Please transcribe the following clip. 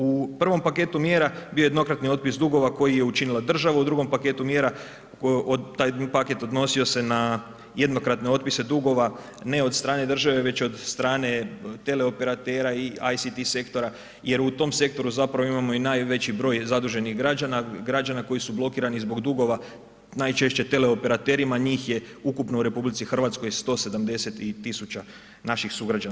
U prvom paketu mjera bio je jednokratni otpis dugova koji je učinila država, u drugom paketu mjera, taj paket odnosio se na jednokratne otpise dugova, ne od strane države već od strane teleoperatera i IT sektora, jer u tom sektoru zapravo imamo i najveći broj zaduženih građana, građana koji su blokirani zbog dugova najčešće teleoperaterima, njih je ukupno u RH 170.000 naših sugrađana.